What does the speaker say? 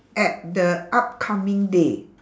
at the upcoming day